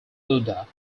buddha